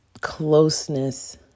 closeness